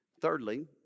thirdly